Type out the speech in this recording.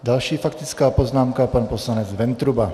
Další faktická poznámka, pan poslanec Ventruba.